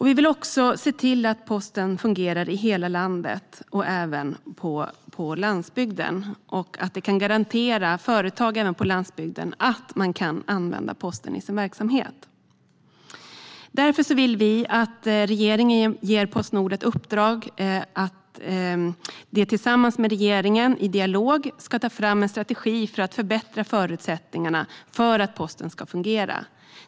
Vi vill också se till att posten fungerar i hela landet, även på landsbygden, och att företagarna på landsbygden garanteras att de kan använda posten i sin verksamhet. Därför vill vi att regeringen ger Postnord i uppdrag att tillsammans och i dialog med regeringen ta fram en strategi för att förbättra förutsättningarna för att posten ska fungera.